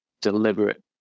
deliberate